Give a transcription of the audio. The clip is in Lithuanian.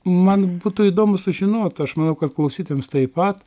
man būtų įdomu sužinot aš manau kad klausytojams taip pat